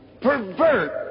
pervert